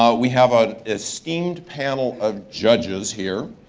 um we have an esteemed panel of judges here.